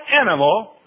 animal